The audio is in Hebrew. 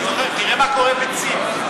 תראה מה קורה ב"צים".